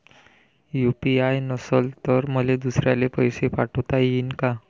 UPI नसल तर मले दुसऱ्याले पैसे पाठोता येईन का?